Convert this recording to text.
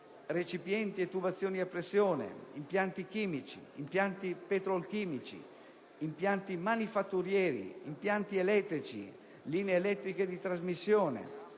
recipienti e tubazioni a pressione; impianti chimici; impianti petrolchimici; impianti manifatturieri; impianti elettrici; linee elettriche di trasmissione;